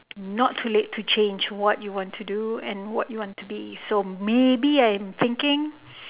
not too late to change what you want to do and what you want to be so maybe I'm thinking